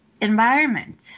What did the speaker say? environment